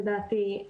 לדעתי,